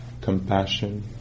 compassion